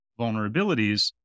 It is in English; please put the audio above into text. vulnerabilities